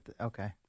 Okay